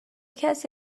کسی